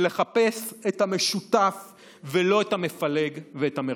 ולחפש את המשותף ולא את המפלג ואת המרסק.